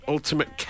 Ultimate